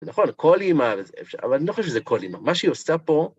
נכון, כל אימא, אבל אני לא חושב שזה כל אימא, מה שהיא עושה פה...